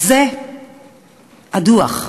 זה הדוח.